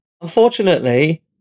unfortunately